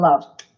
love